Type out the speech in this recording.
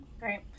great